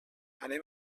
anem